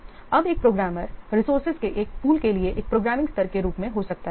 इसलिए अब एक प्रोग्रामर रिसोर्सेज के एक पूल के लिए एक प्रोग्रामिंग स्तर के रूप में हो सकता है